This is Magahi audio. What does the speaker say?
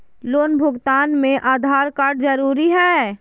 लोन भुगतान में आधार कार्ड जरूरी है?